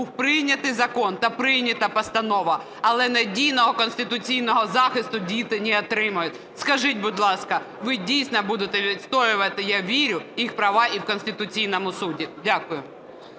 був прийнятий закон та прийнята постанова, але надійного конституційного захисту діти не отримують. Скажіть, будь ласка, ви дійсно будете відстоювати, я вірю, їх права і в Конституційному Суді? Дякую.